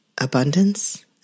abundance